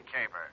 caper